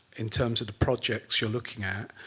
in terms of the projects you're looking at.